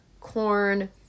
corn